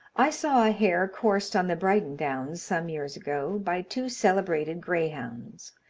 i saw a hare coursed on the brighton downs some years ago by two celebrated greyhounds.